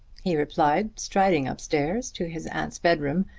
he replied striding upstairs to his aunt's bedroom,